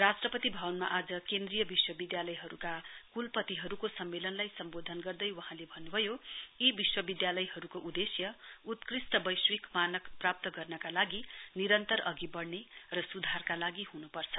राष्ट्रपति भवनमा आज केन्द्रीय विश्वविद्यालायहरूका कुलपतिहरूको सम्मेलनलाई सम्बोधन गर्दै वहाँले भन्नुभयो यी विश्वविद्यालायहरको उदेश्य उत्कृष्ट वैश्विक मानक प्राप्त गर्नका लागि निरन्तर अघि बढ़ने र सुधारका लागि हुनुपर्छ